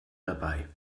dabei